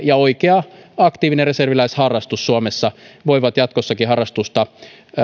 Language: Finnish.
ja oikea aktiivinen reserviläisharrastus suomessa voivat jatkossakin harrastusta